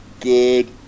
good